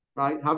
Right